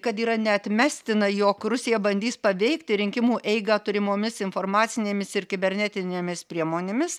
kad yra neatmestina jog rusija bandys paveikti rinkimų eigą turimomis informacinėmis ir kibernetinėmis priemonėmis